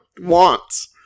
wants